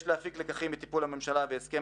יש להפיק לקחים מטיפול הממשלה בהסכם